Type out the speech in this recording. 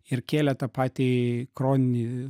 ir kėlė tą patį chroninį